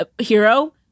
hero